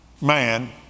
man